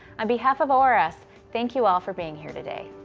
on behalf of ors, thank you all for being here today.